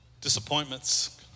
Disappointments